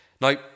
Now